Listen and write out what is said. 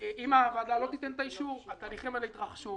אם הוועדה לא תיתן את האישור התהליכים האלה יתרחשו,